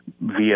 via